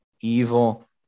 evil